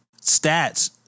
stats